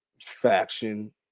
faction